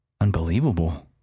unbelievable